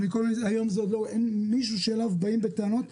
היום אין מישהו שאליו באים בטענות,